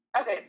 okay